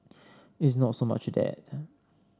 it's not so much that